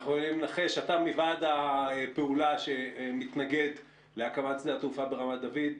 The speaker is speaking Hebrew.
לנחש שאתה מוועד הפעולה שמתנגד להקמת שדה התעופה ברמת דוד.